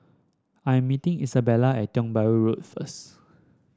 I am meeting Isabela at Tiong Bahru Road first